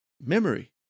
memory